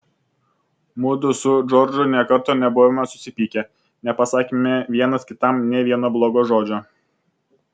mudu su džordžu nė karto nebuvome susipykę nepasakėme vienas kitam nė vieno blogo žodžio